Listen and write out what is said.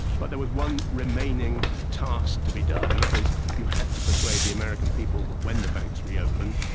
but there was one remaining task to be done, that is you had to persuade the american people that when the banks reopened,